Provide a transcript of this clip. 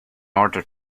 order